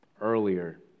earlier